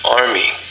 army